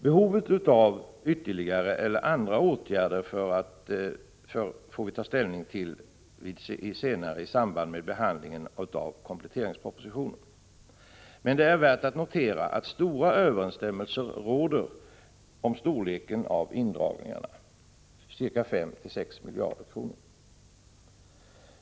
Behovet av ytterligare eller andra åtgärder får vi ta ställning till senare i samband med behandlingen av kompletteringspropositionen. Men det är värt att notera att stora överensstämmelser råder om storleken av indragningarna, 5—6 miljarder kronor.